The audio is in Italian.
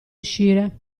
uscire